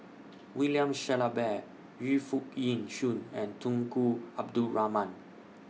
William Shellabear Yu Foo Yee Shoon and Tunku Abdul Rahman